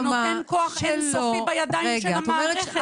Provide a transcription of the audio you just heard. זה נותן כוח אינסופי לידיים של המערכת להחליט את זה.